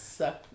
suck